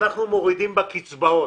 להורדה בקצבאות.